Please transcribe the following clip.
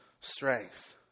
strength